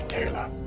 Taylor